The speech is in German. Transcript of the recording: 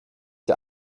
der